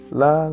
la